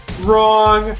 Wrong